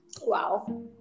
Wow